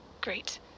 Great